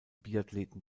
biathleten